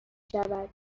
شود